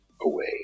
away